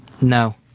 No